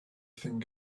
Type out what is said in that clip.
thing